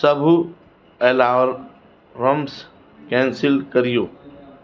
सभु alarms cancel करियो